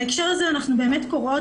בהקשר הזה אנחנו באמת קוראות,